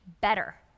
better